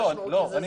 אני